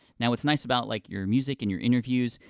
now what's nice about like your music and your interviews,